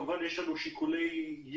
כמובן יש לנו שיקולי יעילות,